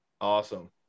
Awesome